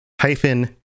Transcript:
hyphen